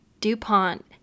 Dupont